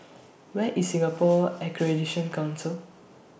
Where IS Singapore Accreditation Council